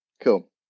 Cool